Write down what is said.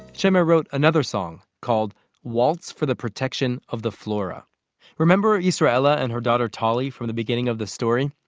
shemer wrote another song called waltz for the protection of the flora remember israela and her daughter tali from the beginning of the story?